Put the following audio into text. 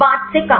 5 से कम